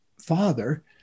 father